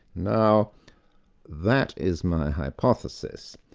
now that is my hypothesis.